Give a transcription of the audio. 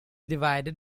divided